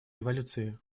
революции